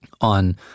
on